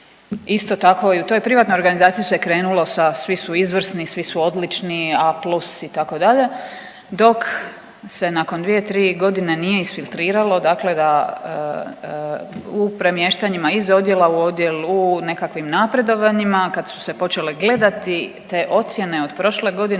isto tako i u toj privatnoj organizaciji se krenulo sa svi su izvrsni, svi su odlični A+ itd., dok se nakon 2-3 godine nije isfiltriralo dakle da u premješanjima iz odjela u odjel, u nekakvim napredovanjima kad su se počele gledati te ocjene od prošle godine